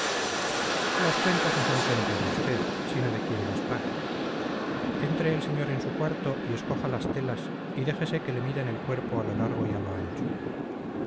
las cuentas no son cuenta de usted sino de quien las pague entre el señor en su cuarto y escoja las telas y déjese que le midan el cuerpo a lo largo y a lo ancho